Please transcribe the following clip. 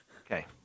Okay